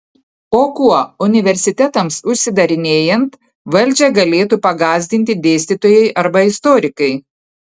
o kuo universitetams užsidarinėjant valdžią galėtų pagąsdinti dėstytojai arba istorikai